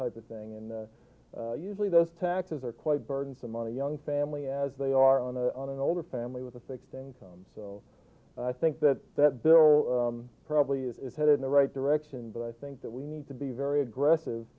type of thing and usually those taxes are quite burdensome on a young family as they are on a on an older family with a fixed income so i think that that bill probably is headed in the right direction but i think that we need to be very aggressive